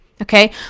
Okay